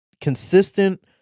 consistent